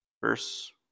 verse